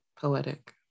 poetic